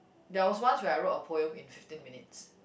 there was once when I wrote a poem in fifteen minutes